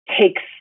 takes